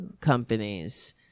companies